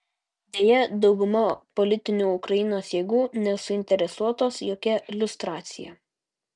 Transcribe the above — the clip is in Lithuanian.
deja dauguma politinių ukrainos jėgų nesuinteresuotos jokia liustracija